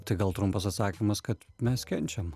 tai gal trumpas atsakymas kad mes kenčiam